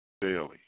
daily